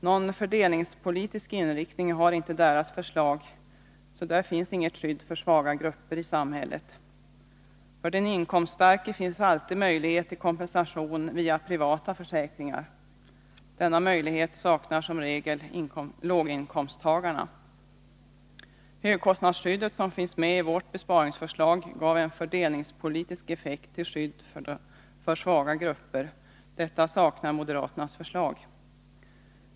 Någon fördelningspolitisk inriktning har inte deras förslag, så där finns inget skydd för svaga grupper i samhället. För den inkomststarke finns alltid möjlighet till kompensation via privata försäkringar. Denna möjlighet saknar som regel låginkomsttagarna. Högkostnadsskyddet, som finns med i vårt besparingsförslag, gav en fördelningspolitisk effekt till skydd för svaga grupper, men det saknas i moderaternas förslag.